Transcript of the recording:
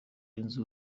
yunze